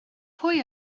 pwy